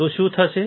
તો શું થશે